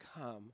come